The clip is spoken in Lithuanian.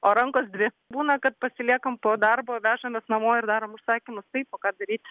o rankos dvi būna kad pasiliekam po darbo vežamės namo ir darbom užsakymus taip o ką daryt